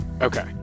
Okay